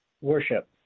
worship